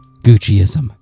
Gucciism